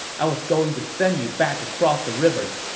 i was going to send you back across the river,